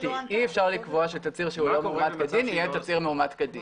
אי אפשר לקבוע שתצהיר שהוא לא מאומת כדין,